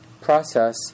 process